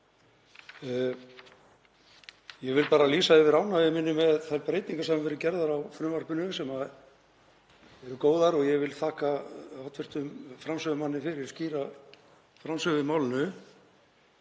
Ég vil lýsa yfir ánægju minni með þær breytingar sem hafa verið gerðar á frumvarpinu sem eru góðar og ég vil þakka hv. framsögumanni fyrir skýra framsögu í málinu.